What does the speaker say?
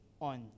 on